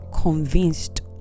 convinced